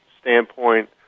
standpoint